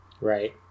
Right